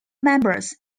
members